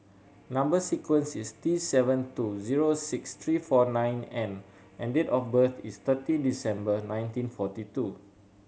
number sequence is T seven two zero six three four nine N and date of birth is thirty December nineteen forty two